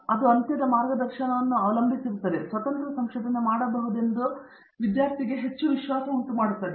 ಮತ್ತು ಅದು ಅಂತ್ಯದ ಮಾರ್ಗದರ್ಶನವನ್ನು ಅವಲಂಬಿಸಿರುತ್ತದೆ ಸ್ವತಂತ್ರ ಸಂಶೋಧನೆ ಮಾಡಬಹುದೆಂದು ಅವನಿಗೆ ಹೆಚ್ಚು ವಿಶ್ವಾಸವನ್ನುಂಟುಮಾಡುತ್ತದೆ